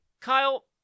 Kyle